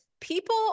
people